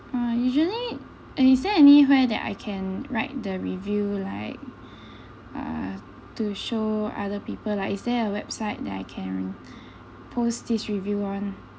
uh usually uh is there anywhere that I can write the review like uh to show other people like is there a website that I can post this review on